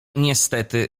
niestety